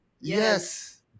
Yes